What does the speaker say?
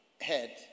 head